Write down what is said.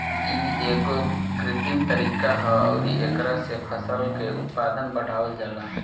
इ एगो कृत्रिम तरीका ह अउरी एकरा से फसल के उत्पादन बढ़ावल जाला